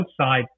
outside